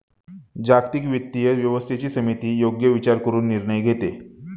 जागतिक वित्तीय व्यवस्थेची समिती योग्य विचार करून निर्णय घेते